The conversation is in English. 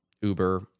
Uber